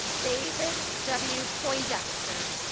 david w. poindexter.